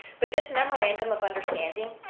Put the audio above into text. but this memorandum of understanding,